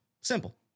Simple